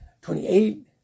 twenty-eight